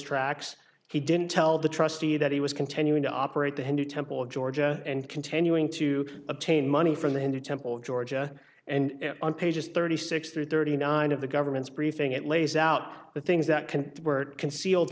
tracks he didn't tell the trustee that he was continuing to operate the hindu temple georgia and continuing to obtain money from the hindu temple georgia and on pages thirty six through thirty nine of the government's briefing it lays out the things that can were concealed